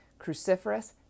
cruciferous